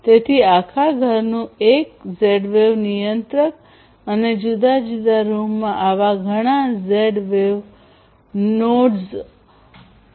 તેથી આખા ઘરનું એક ઝેડ વેવ નિયંત્રક અને જુદા જુદા રૂમમાં આવા ઘણા ઝેડ વેવ નોડ્સ હોઈ શકે છે